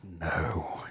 No